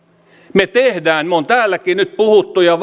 me teemme me olemme täälläkin nyt puhuneet ja